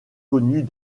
connus